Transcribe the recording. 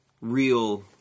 real